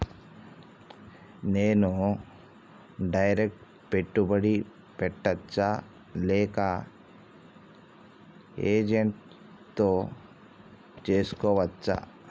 నేను డైరెక్ట్ పెట్టుబడి పెట్టచ్చా లేక ఏజెంట్ తో చేస్కోవచ్చా?